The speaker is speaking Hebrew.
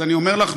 אז אני אומר לך,